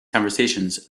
conversations